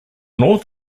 north